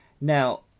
Now